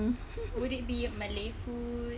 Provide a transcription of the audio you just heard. would it be a malay food